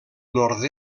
nord